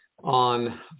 on